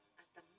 hasta